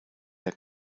der